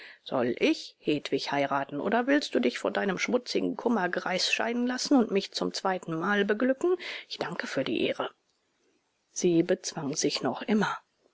soll ich hedwig heiraten oder willst du dich von deinem schmutzigen kummergreis scheiden lassen und mich zum zweiten mal beglücken ich danke für die ehre sie bezwang sich noch immer